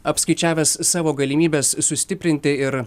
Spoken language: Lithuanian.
apskaičiavęs savo galimybes sustiprinti ir